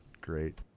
great